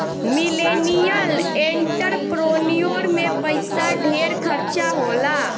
millennial entrepreneur में पइसा ढेर खर्चा होला